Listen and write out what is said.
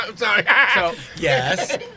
Yes